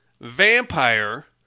vampire